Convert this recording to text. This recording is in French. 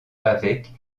avec